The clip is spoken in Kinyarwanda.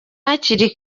hakiri